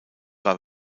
war